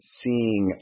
seeing